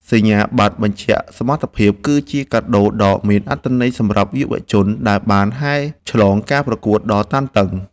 សញ្ញាបត្របញ្ជាក់សមត្ថភាពគឺជាកាដូដ៏មានអត្ថន័យសម្រាប់យុវជនដែលបានហែលឆ្លងការប្រកួតដ៏តានតឹង។